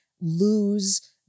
lose